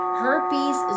herpes